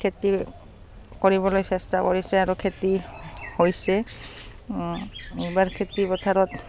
খেতি কৰিবলৈ চেষ্টা কৰিছে আৰু খেতি হৈছে এইবাৰ খেতি পথাৰত